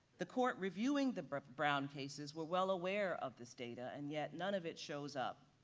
the court reviewing the brown brown cases were well aware of this data and yet none of it shows up.